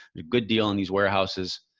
a good deal in these warehouses.